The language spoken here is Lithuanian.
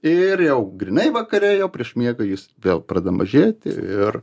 ir jau grynai vakare jau prieš miegą jis vėl pradeda mažėti ir